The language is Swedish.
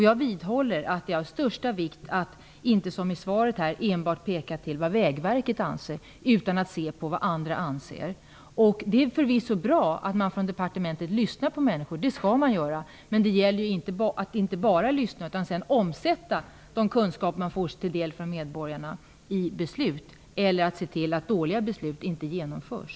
Jag vidhåller att det är av största vikt att inte som i svaret enbart peka på vad Vägverket anser utan även att se till vad andra anser. Det är förvisso bra att man från departementet lyssnar på människor. Det skall man göra. Men det gäller att inte bara lyssna utan också att omsätta de kunskaper man får sig till del från medborgarna i beslut eller se till att dåliga beslut inte genomförs.